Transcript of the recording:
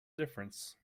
difference